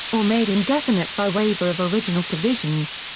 or made indefinite by waiver of original provisions.